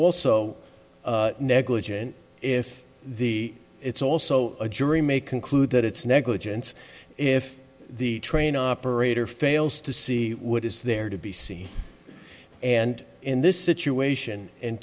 also negligent if the it's also a jury may conclude that it's negligence if the train operator fails to see what is there to be seen and in this situation in